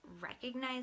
recognize